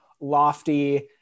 lofty